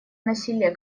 насилия